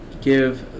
give